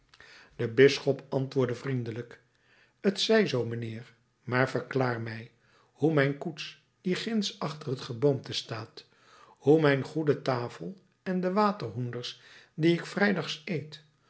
de bisschop antwoordde vriendelijk t zij zoo mijnheer maar verklaar mij hoe mijn koets die ginds achter t geboomte staat hoe mijn goede tafel en de waterhoenders die ik vrijdags eet